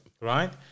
right